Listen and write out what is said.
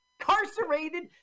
Incarcerated